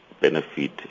benefit